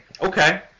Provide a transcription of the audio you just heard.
okay